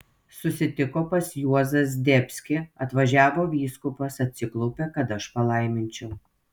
susitiko pas juozą zdebskį atvažiavo vyskupas atsiklaupė kad aš palaiminčiau